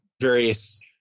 various